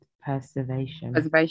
Preservation